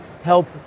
Help